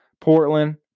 Portland